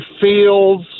feels